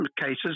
cases